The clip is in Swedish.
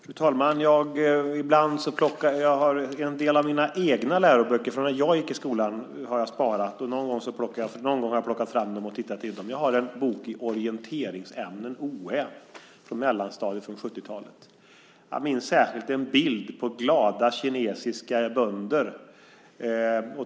Fru talman! Jag har en del läroböcker kvar från när jag gick i skolan. Någon gång har jag plockat fram dem och tittat i dem. Jag har en bok från 70-talet i orienteringsämnen, oä, på mellanstadiet. Jag minns särskilt en bild på glada kinesiska bönder.